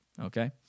Okay